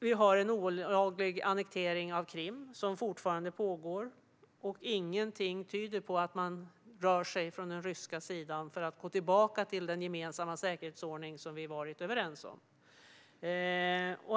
Den olagliga annekteringen av Krim pågår fortfarande, och ingenting tyder på att man från den ryska sidan rör sig för att gå tillbaka till den gemensamma säkerhetsordning som vi varit överens om.